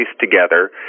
together